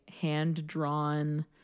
hand-drawn